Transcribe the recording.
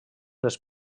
les